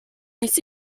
nic